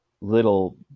little